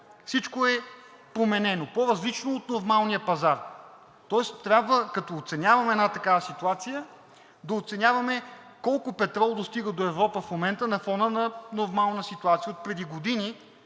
всичко е променено, по-различно от нормалния пазар. Тоест трябва като оценяваме една такава ситуация – да оценяваме колко петрол достига до Европа в момента на фона на нормална ситуация отпреди години,